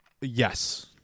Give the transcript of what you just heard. yes